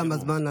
תם הזמן.